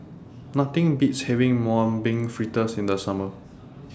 Nothing Beats having Mung Bean Fritters in The Summer